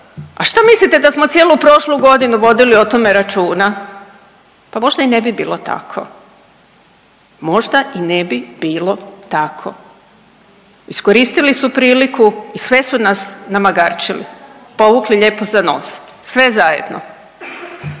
a šta mislite da smo cijelu prošlu godinu vodili o tome računa, pa možda i ne bi bilo tako, možda i ne bi bilo tako. Iskoristili su priliku i sve su nas namagarčili, povukli lijepo za nos, sve zajedno.